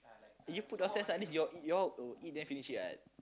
you put downstairs at least y'all y'all will eat then finish it what